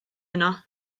yno